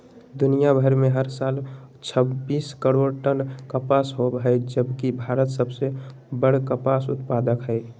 दुनियां भर में हर साल छब्बीस करोड़ टन कपास होव हई जबकि भारत सबसे बड़ कपास उत्पादक हई